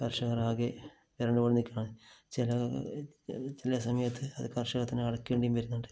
കര്ഷകര് ആകെ വിരണ്ടുപോയി നില്ക്കുന്ന ചില ചില സമയത്ത് അത് കര്ഷകര് തന്നെ അടയ്ക്കേണ്ടിയും വരുന്നുണ്ട്